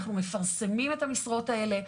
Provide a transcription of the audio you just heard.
אנחנו מפרסמים את המשרות האלה,